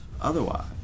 otherwise